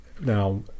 Now